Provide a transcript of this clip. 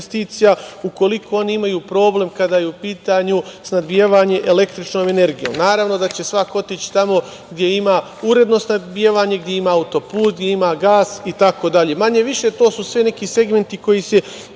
ukoliko oni imaju problem kada je u pitanju snabdevanje električnom energijom. Naravno da će svako otići tamo gde ima uredno snabdevanje, gde ima autoput, gde ima gas, itd. Manje-više to su sve neki segmenti koji se